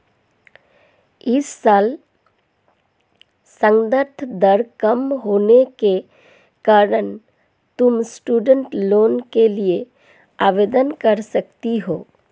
इस साल संदर्भ दर कम होने के कारण तुम स्टूडेंट लोन के लिए आवेदन कर सकती हो